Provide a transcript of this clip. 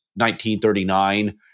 1939